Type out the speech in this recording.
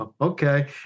Okay